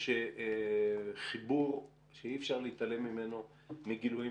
יש חיבור שאי אפשר להתעלם ממנו מגילויים